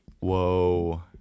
Whoa